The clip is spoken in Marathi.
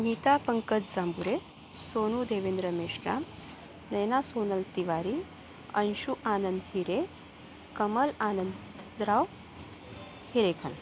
नीता पंकज जांबुरे सोनू देवेंद्र मेश्राम नैना सोनल तिवारी अंशु आनंद हिरे कमल आनंतराव हिरेखन